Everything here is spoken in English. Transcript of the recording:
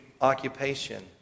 occupation